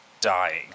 dying